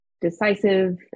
decisive